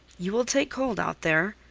you will take cold out there,